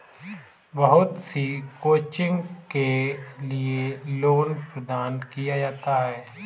बहुत सी कोचिंग के लिये लोन प्रदान किया जाता है